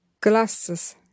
Glasses